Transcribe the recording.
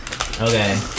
okay